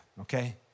okay